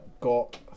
got